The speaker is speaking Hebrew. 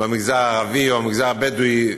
במגזר הערבי או במגזר הבדואי,